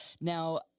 Now